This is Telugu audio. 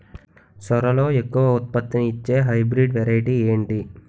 సోరలో ఎక్కువ ఉత్పత్తిని ఇచే హైబ్రిడ్ వెరైటీ ఏంటి?